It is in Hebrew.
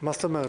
מה זאת אומרת?